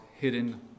hidden